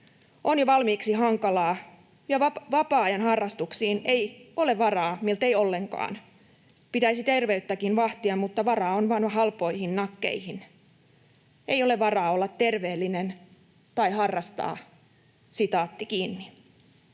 on jo valmiiksi hankalaa, ja vapaa-ajan harrastuksiin ei ole varaa miltei ollenkaan. Pitäisi terveyttäkin vahtia, mutta varaa on vain halpoihin nakkeihin. Ei ole varaa olla terveellinen tai harrastaa.” — Kiitos